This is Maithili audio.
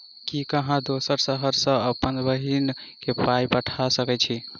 की अहाँ दोसर शहर सँ अप्पन बहिन केँ पाई पठा सकैत छी?